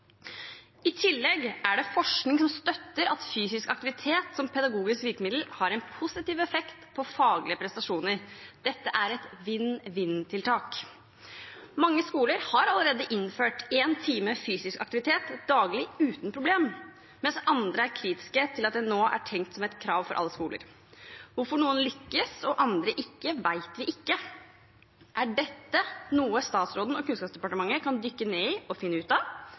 I tillegg er det forskning som støtter at fysisk aktivitet som pedagogisk virkemiddel har en positiv effekt på faglige prestasjoner. Det er et vinn-vinn-tiltak. Mange skoler har allerede innført én time fysisk aktivitet daglig uten problem, mens andre er kritiske til at det nå er tenkt som et krav for alle skoler. Hvorfor noen lykkes og andre ikke, vet vi ikke. Er dette noe statsråden og Kunnskapsdepartementet kan dykke ned i, finne ut av